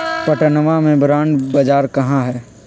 पटनवा में बॉण्ड बाजार कहाँ हई?